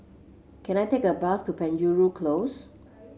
can I take a bus to Penjuru Close